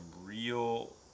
real